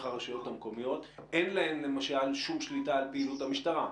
הרשויות המקומיות אבל אין להן למשל שום שליטה על פעילות המשטרה.